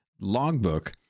logbook